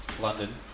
London